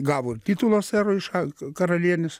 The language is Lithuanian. gavo ir titulo sero iš a karalienės